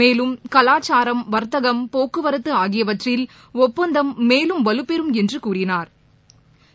மேலும் கலாச்சாரம் வாத்தகம் போக்குவரத்துஆகியவற்றில் ஒப்பந்தம் மேலும் வலுப்பெறும் என்றுகூறினாா்